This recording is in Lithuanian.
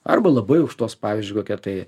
arba labai aukštos pavyzdžiui kokia tai